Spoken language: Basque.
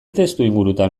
testuingurutan